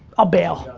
i'll bail, so